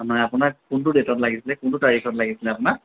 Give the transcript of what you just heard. মানে আপোনাক কোনটো ডেটত লাগিছিলে কোনটো তাৰিখত লাগিছিলে আপোনাক